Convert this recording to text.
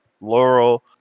Laurel